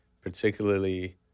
particularly